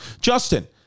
Justin